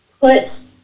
put